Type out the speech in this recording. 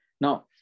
Now